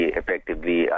effectively